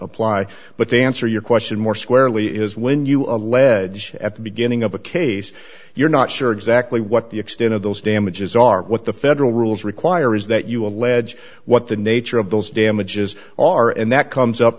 apply but they answer your question more squarely is when you allege at the beginning of a case you're not sure exactly what the extent of those damages are what the federal rules require is that you allege what the nature of those damages are and that comes up